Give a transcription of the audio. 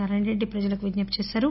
నారాయణరెడ్డి ప్రజలకు విజ్ఞప్తి చేసారు